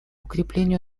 укреплению